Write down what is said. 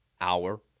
hour